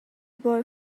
boy